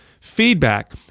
feedback